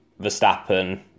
Verstappen